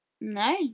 No